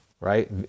right